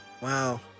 Wow